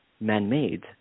man-made